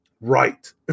right